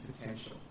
potential